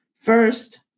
First